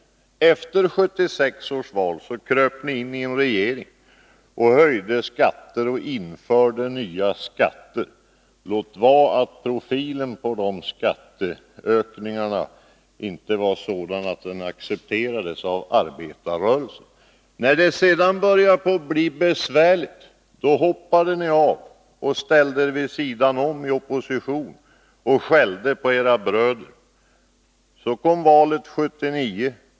Efter 1976 års val kröp ni in i en regering och höjde skatter och införde nya skatter, låt vara att profilen på de skatteökningarna inte var sådana att de accepterades av arbetarrörelsen. När det sedan började bli besvärligt hoppade ni av och ställde er vid sidan om, i opposition, och skällde på era bröder. Så kom valet 1979.